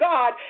God